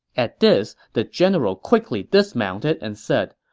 at this, the general quickly dismounted and said,